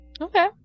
Okay